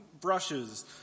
brushes